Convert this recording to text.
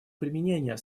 применение